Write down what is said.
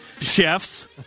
Chefs